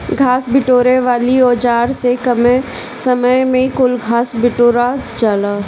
घास बिटोरे वाली औज़ार से कमे समय में कुल घास बिटूरा जाला